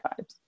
vibes